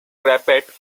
parapet